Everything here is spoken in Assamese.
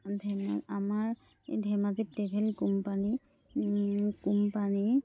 ধেমাজ আমাৰ ধেমাজিত টেভেল কোম্পানী কোম্পানী